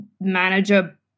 manager